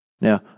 Now